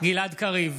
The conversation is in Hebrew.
גלעד קריב,